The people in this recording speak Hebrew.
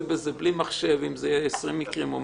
בזה בלי מחשב אם זה יהיה עשרים מקרים.